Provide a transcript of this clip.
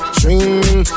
dreaming